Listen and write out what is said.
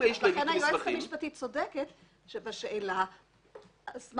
לכן היועצת המשפטית צודקת לגבי שאלת המנגנון.